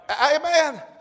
Amen